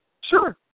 Sure